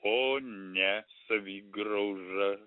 o ne savigraužą